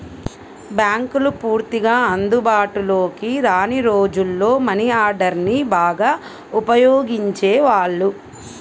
బ్యేంకులు పూర్తిగా అందుబాటులోకి రాని రోజుల్లో మనీ ఆర్డర్ని బాగా ఉపయోగించేవాళ్ళు